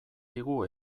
digu